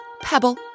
pebble